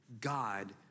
God